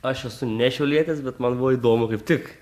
aš esu ne šiaulietis bet man buvo įdomu kaip tik